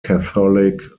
catholic